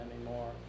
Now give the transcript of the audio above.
anymore